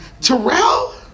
Terrell